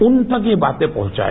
उन तक ये बाते पहुंचाए